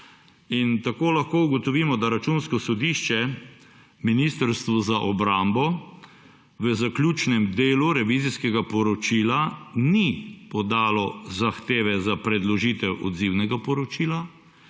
Tako lahko ugotovimo, da Računsko sodišče Ministrstvu za obrambo v zaključnem delu revizijskega poročila ni podalo zahteve za predložitev odzivnega poročila